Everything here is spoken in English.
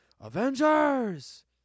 Avengers